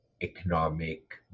economic